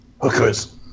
Hookers